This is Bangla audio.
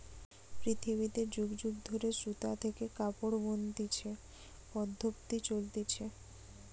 পৃথিবীতে যুগ যুগ ধরে সুতা থেকে কাপড় বনতিছে পদ্ধপ্তি চলতিছে